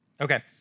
Okay